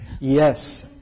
Yes